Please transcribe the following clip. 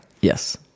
Yes